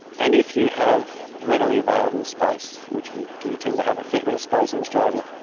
and if you have readily available space, which we do tend to have a fair bit of space in australia,